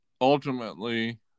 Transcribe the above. ultimately